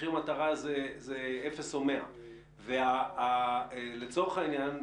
מחיר מטרה זה 0 או 100. לצורך העניין,